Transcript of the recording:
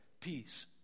peace